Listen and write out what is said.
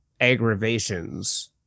aggravations